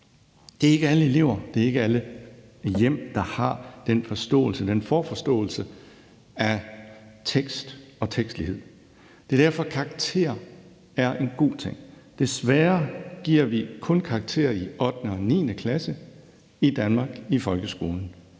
Det er ikke alle elever, det er ikke alle hjem, der har den forståelse, den forforståelse, af tekst og tekstlighed. Det er derfor, at karakterer er en god ting. Desværre giver vi kun karakterer i 8. og 9. klasse i folkeskolen